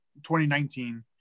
2019